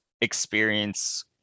experience